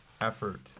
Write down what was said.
effort